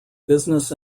business